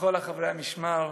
וכל חברי המשמר,